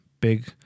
big